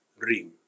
dream